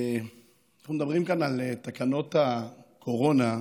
אנחנו מדברים כאן על תקנות הקורונה,